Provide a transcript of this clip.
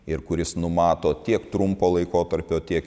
ir kuris numato tiek trumpo laikotarpio tiek